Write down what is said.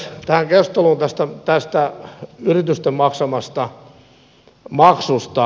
tähän keskusteluun tästä yritysten maksamasta maksusta